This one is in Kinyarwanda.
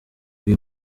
uyu